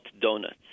donuts